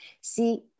See